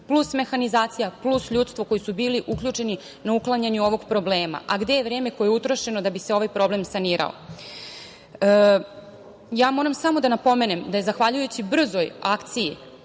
plus mehanizacija, plus ljudstvo koji su bili uključeni na uklanjanju ovog problema, a gde je vreme koje je utrošeno da bi se ovaj problem sanirao. Moram samo da napomenem da je zahvaljujući brzoj akciji